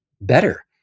better